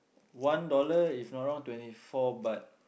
one dollar if not wrong twenty four but